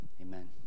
amen